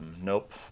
Nope